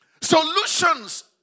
Solutions